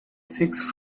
six